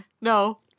No